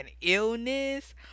illness